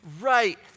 right